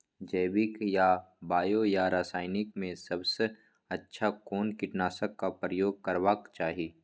जैविक या बायो या रासायनिक में सबसँ अच्छा कोन कीटनाशक क प्रयोग करबाक चाही?